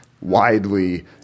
widely